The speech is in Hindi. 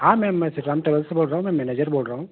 हाँ मैम मैं श्रीराम ट्रेवल्स से बोल रहा हूँ मैं मैनेजर बोल रहा हूँ